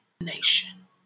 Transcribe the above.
nation